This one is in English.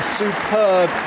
superb